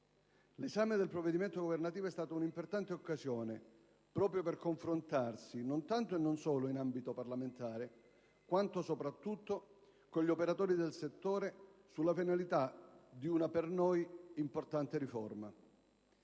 L'esame del provvedimento governativo ha rappresentato un'importante occasione proprio per confrontarsi, non tanto e non solo in ambito parlamentare, quanto soprattutto con gli operatori del settore sulla finalità di una, per noi, importante riforma.